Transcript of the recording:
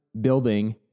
building